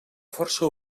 força